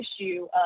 issue